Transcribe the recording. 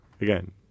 again